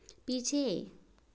पीछे